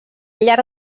llarg